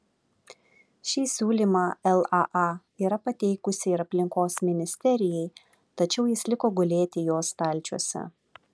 šį siūlymą laa yra pateikusi ir aplinkos ministerijai tačiau jis liko gulėti jos stalčiuose